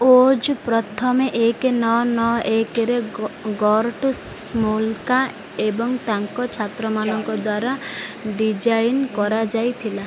ଓଜ୍ ପ୍ରଥମେ ଏକ ନଅ ନଅ ଏକ ରେ ଗର୍ଟ୍ ସ୍ମୋଲ୍କା ଏବଂ ତାଙ୍କ ଛାତ୍ରମାନଙ୍କ ଦ୍ୱାରା ଡିଜାଇନ୍ କରାଯାଇଥିଲା